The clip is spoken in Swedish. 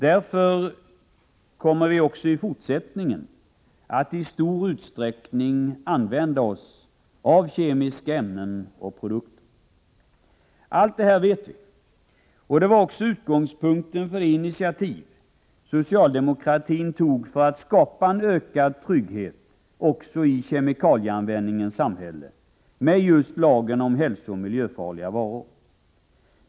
Därför kommer vi också i fortsättningen att i stor utsträckning använda kemiska ämnen och produkter. Allt detta vet vi. Det var också utgångspunkten för det initiativ socialdemokratin tog för att skapa en ökad trygghet också i kemikalieanvändningens samhälle med lagen om hälsooch miljöfarliga varor.